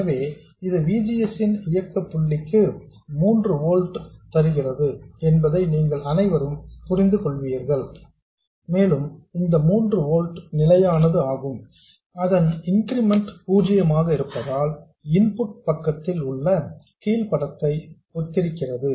எனவே இது V G S இன் இயக்க புள்ளிக்கு 3 ஓல்ட்ஸ் தருகிறது என்பதை நீங்கள் அனைவரும் புரிந்து கொள்வீர்கள் மேலும் இந்த 3 ஓல்ட்ஸ் நிலையானது ஆகும் அதன் இன்கிரிமெண்ட் 0 ஆக இருப்பதால் இன்புட் பக்கத்தில் உள்ள கீழ் படத்தை ஒத்திருக்கிறது